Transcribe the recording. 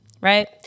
right